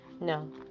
no